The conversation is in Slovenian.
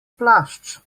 plašč